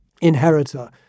inheritor